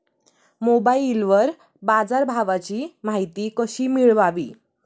मोबाइलवर बाजारभावाची माहिती कशी मिळवावी?